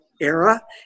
era